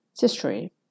history